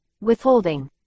Withholding